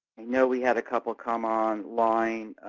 i know we had a couple come online